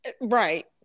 right